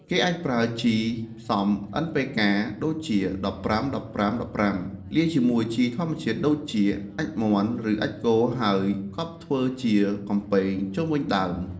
គេអាចប្រើជីផ្សំ NPK ដូចជា ១៥-១៥-១៥ លាយជាមួយជីធម្មជាតិដូចជាអាចម៍មាន់ ឬអាចម៍គោ ហើយកប់ធ្វើជាកំពែងជុំវិញដើម។